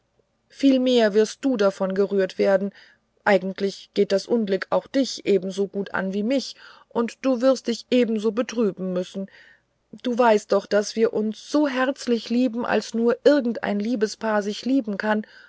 mehr wirst du davon gerührt werden eigentlich geht das unglück auch dich ebensogut an als mich und du wirst dich ebenso betrüben müssen du weißt doch daß wir uns so herzlich lieben als nur irgendein liebespaar sich lieben kann